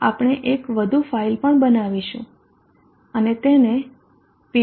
આપણે એક વધુ ફાઇલ પણ બનાવીશું અને તેને pv